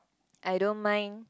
I don't mind